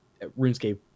RuneScape